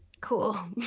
Cool